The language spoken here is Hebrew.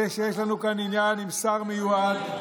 אלא יש לנו כאן עניין עם שר מיועד,